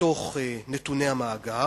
מתוך נתוני המאגר,